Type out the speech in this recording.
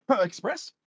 express